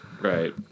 Right